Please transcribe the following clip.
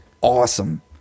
awesome